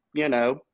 you know,